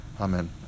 Amen